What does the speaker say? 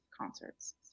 concerts